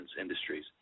industries